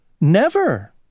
never